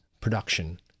production